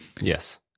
yes